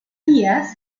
vías